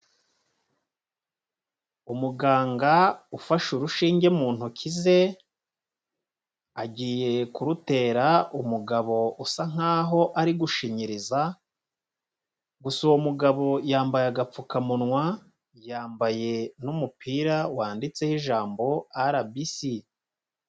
Umuganga ufashe urushinge mu ntoki ze, agiye kurutera umugabo usa nkaho ari gushinyiriza, gusa uwo mugabo yambaye agapfukamunwa, yambaye n'umupira wanditseho ijambo RBC.